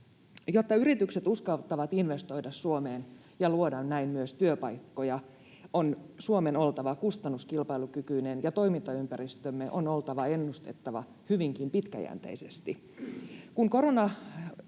Jotta yritykset uskaltavat investoida Suomeen ja luoda näin myös työpaikkoja, on Suomen oltava kustannuskilpailukykyinen ja toimintaympäristömme on oltava ennustettava hyvinkin pitkäjänteisesti.